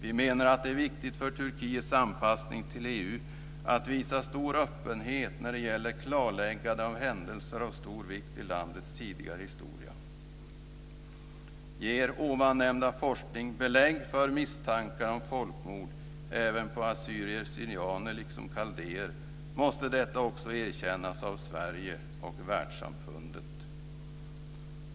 Vi menar att det är viktigt för Turkiets anpassning till EU att visa stor öppenhet när det gäller klarläggande av händelser av stor vikt i landets tidigare historia. Ger ovan nämnda forskning belägg för misstankarna om folkmord även på assyrier/syrianer liksom kaldéer måste detta också erkännas av Sverige och världssamfundet."